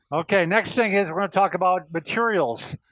okay, next thing is, we're gonna talk about materials.